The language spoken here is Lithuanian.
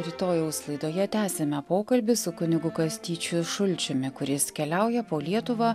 rytojaus laidoje tęsime pokalbį su kunigu kastyčiu šulčiumi kuris keliauja po lietuvą